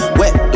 wet